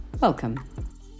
welcome